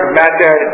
matter